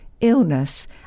illness